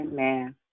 Amen